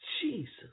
Jesus